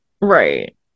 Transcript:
Right